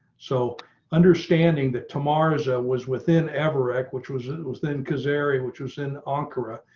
so understanding that tomorrow is ah was within ever act which was. it was then because area, which was in ankara,